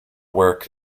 work